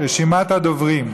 רשימת הדוברים: